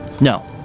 No